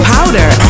Powder